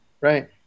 Right